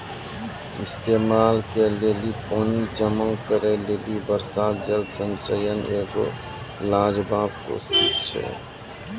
इस्तेमाल के लेली पानी जमा करै लेली वर्षा जल संचयन एगो लाजबाब कोशिश छै